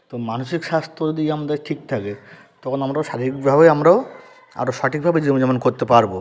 তো মানসিক স্বাস্থ্য যদি আমাদের ঠিক থাকে তখন আমরাও শারীরিকভাবে আমরাও আরও সঠিকভাবে জীবনযাপন করতে পারব